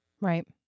Right